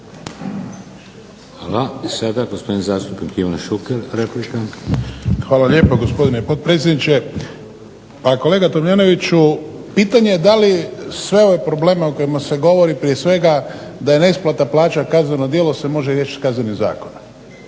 Hvala. Sada gospodin zastupnik Ivan Šuker, replika. **Šuker, Ivan (HDZ)** Hvala lijepa gospodine potpredsjedniče. Pa kolega Tomljanoviću pitanje je da li sve ove probleme o kojima se govori, prije svega da je neisplata plaća kazneno djelo, se može riješiti Kaznenim zakonom.